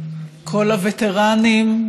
כל הווטרנים,